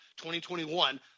2021